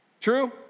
True